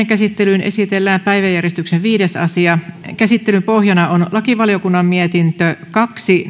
käsittelyyn esitellään päiväjärjestyksen viides asia käsittelyn pohjana on lakivaliokunnan mietintö kaksi